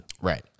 Right